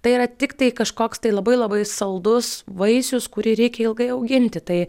tai yra tiktai kažkoks tai labai labai saldus vaisius kurį reikia ilgai auginti tai